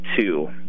two